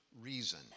reason